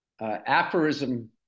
aphorism